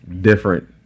different